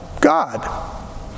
God